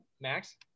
Max